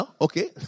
Okay